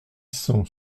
cent